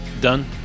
done